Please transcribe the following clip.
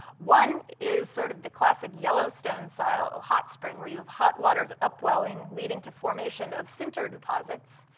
one is sort of the classic yellowstone-style hot spring, where you have hot water upwelling, leading to formation of sinter deposits